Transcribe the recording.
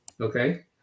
Okay